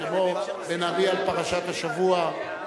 כמו בן-ארי על פרשת השבוע.